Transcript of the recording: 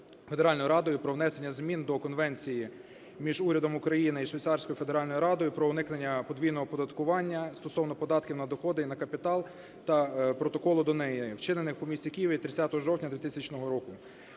Федеральною Радою про внесення змін до Конвенції між Урядом України і Швейцарською Федеральною Радою про уникнення подвійного оподаткування стосовно податків на доходи і на капітал та Протоколу до неї, вчинених у місті Києві 30 жовтня 2000 року.